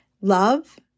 Love